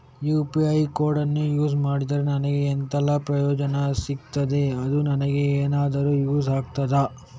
UPI ಕೋಡನ್ನು use ಮಾಡಿದ್ರೆ ನನಗೆ ಎಂಥೆಲ್ಲಾ ಪ್ರಯೋಜನ ಸಿಗ್ತದೆ, ಅದು ನನಗೆ ಎನಾದರೂ ಯೂಸ್ ಆಗ್ತದಾ?